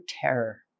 terror